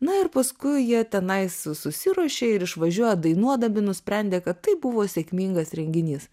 na ir paskui jie tenai susiruošė ir išvažiuoja dainuodami nusprendė kad tai buvo sėkmingas renginys